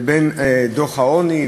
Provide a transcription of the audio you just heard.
על דוח העוני,